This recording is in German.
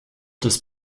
des